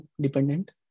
dependent